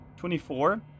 24